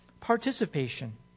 participation